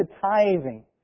tithing